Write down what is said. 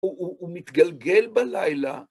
הוא מתגלגל בלילה.